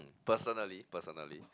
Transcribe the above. personally personally